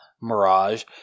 Mirage